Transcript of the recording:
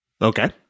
Okay